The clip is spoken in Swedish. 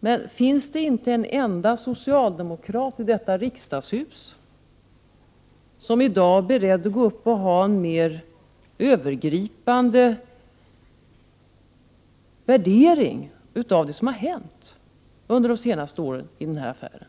Men finns det inte en enda socialdemokrat i detta riksdagshus som i dag är beredd att ha en mer övergripande värdering av det som har hänt under de senaste åren i denna affär?